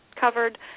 covered